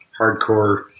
hardcore